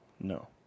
No